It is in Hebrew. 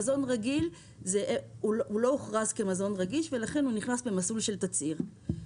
מזון רגיל לא הוכרז כמזון רגיש ולכן הוא נכנס במסלול של תצהיר.